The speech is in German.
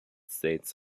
states